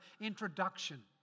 introduction